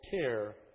care